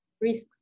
risks